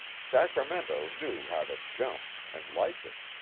sacra mento knew how to jump and liked it.